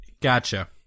Gotcha